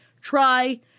try